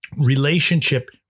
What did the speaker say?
relationship